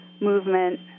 movement